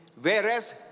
whereas